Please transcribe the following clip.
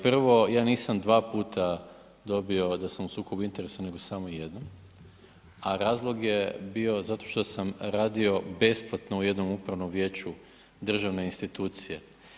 Prvo, ja nisam dva puta dobio da sam u sukobu interesa nego samo jednom, a razlog je bio zato što sam radio besplatno u jednom upravnom vijeću državne institucije.